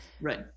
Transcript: Right